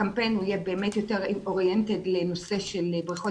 הקמפיין יהיה באמת יותר מכוון לנושא של בריכות